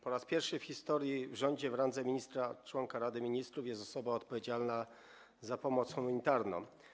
Po raz pierwszy w historii w rządzie w randze ministra - członka Rady Ministrów jest osoba odpowiedzialna za pomoc humanitarną.